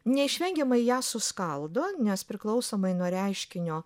neišvengiamai ją suskaldo nes priklausomai nuo reiškinio